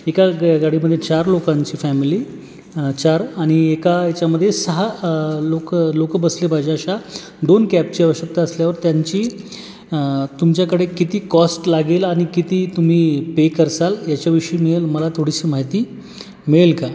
एका गा गाडीमध्ये चार लोकांची फॅमिली चार आणि एका याच्यामध्ये सहा लोकं लोकं बसले पाहिजे अशा दोन कॅबची आवशकता असल्यावर त्यांची तुमच्याकडे किती कॉस्ट लागेल आणि किती तुम्ही पे करसाल याच्याविषयी मिळेल मला थोडीशी माहिती मिळेल का